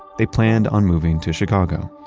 they planned on moving to chicago.